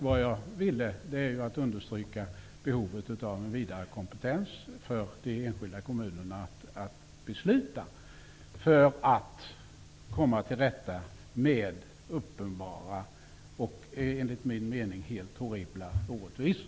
Vad jag ville var att understryka behovet av en vidare kompetens för de enskilda kommunerna att besluta för att komma till rätta med uppenbara och enligt min mening helt horribla orättvisor.